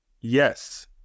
Yes